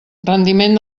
rendiment